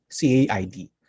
CAID